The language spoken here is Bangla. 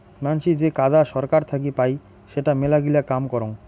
মানাসী যে কাজা সরকার থাকি পাই সেটা মেলাগিলা কাম করং